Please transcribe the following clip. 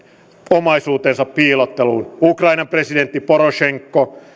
omaisuutensa piilotteluun ukrainan presidentti porosenko